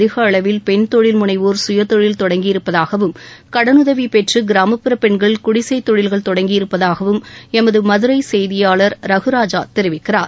அதிக அளவில் பெண் தொழில் முனைவோர் சுயதொழில் தொடங்கியிருப்பதாகவும் கடனுதவி பெற்று கிராமப்புற பெண்கள் குடிசைத் தொழில்கள் தொடங்கியிருப்பதாகவும் எமது மதுரை செய்தியாளர் ரகுராஜா தெரிவிக்கிறார்